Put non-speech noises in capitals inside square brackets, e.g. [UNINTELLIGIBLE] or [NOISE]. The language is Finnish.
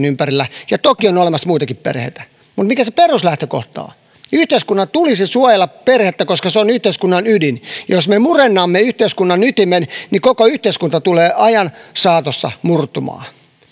[UNINTELLIGIBLE] ympärillä ja vaikka toki on olemassa muitakin perheitä niin mikä se peruslähtökohta on yhteiskunnan tulisi suojella perhettä koska se on yhteiskunnan ydin jos me me murennamme yhteiskunnan ytimen niin koko yhteiskunta tulee ajan saatossa murtumaan